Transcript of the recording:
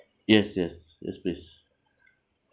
yes yes yes please